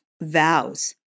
vows